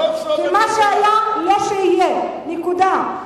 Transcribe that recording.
סוף-סוף, מה שהיה לא יהיה, נקודה.